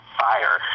fire